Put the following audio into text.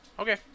Okay